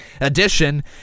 edition